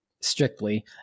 strictly